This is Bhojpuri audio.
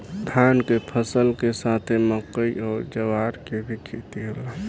धान के फसल के साथे मकई अउर ज्वार के भी खेती होला